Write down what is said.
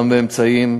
גם באמצעים,